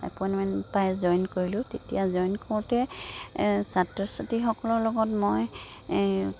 appointment পাই join কৰিলোঁ তেতিয়া জইন কৰোঁতে ছাত্ৰ ছাত্ৰীসকলৰ লগত মই